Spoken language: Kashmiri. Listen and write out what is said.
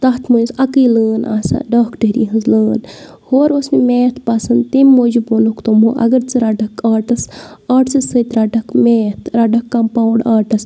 تَتھ منٛز اَکٕے لٲن آسان ڈاکٹَری ہنٛز لٲن ہورٕ اوٗس مےٚ میتھ پَسنٛد تمہِ موٗجوٗب ووٚنُکھ تِمو اگر ژٕ رَٹَکھ آرٹٕس آرٹسَس سۭتۍ رَٹَکھ میتھ رَٹَکھ کَمپاوُنٛڈ آرٹٕس